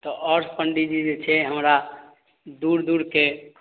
तऽ आओर पंडीजी जे छै हमरा दूर दूरके